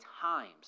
times